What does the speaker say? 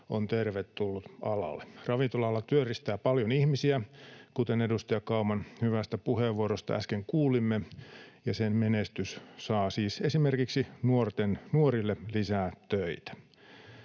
on tervetullut alalle. Ravintola-ala työllistää paljon ihmisiä, kuten edustaja Kauman hyvästä puheenvuorosta äsken kuulimme, ja sen menestys saa siis esimerkiksi nuorille lisää töitä.